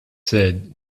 sed